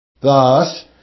Thus